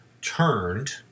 turned